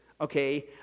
okay